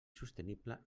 sostenible